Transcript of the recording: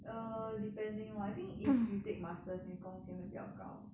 err depending lah I think if you take masters 你的工钱会比较高